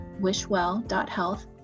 wishwell.health